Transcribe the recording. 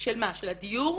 של הדיור?